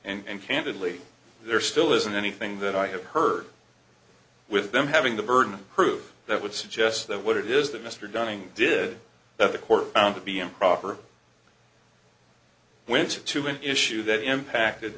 parent and candidly there still isn't anything that i have heard with them having the burden of proof that would suggest that what it is that mr dunning did that the court found to be improper went to an issue that impacted